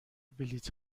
بلیط